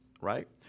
Right